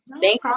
Thank